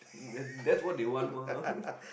then that's what they want mah